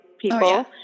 people